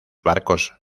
barcos